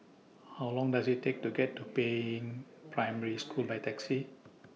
How Long Does IT Take to get to Peiying Primary School By Taxi